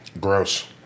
Gross